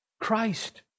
Christ